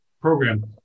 program